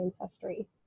ancestry